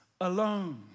alone